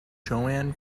johann